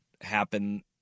happen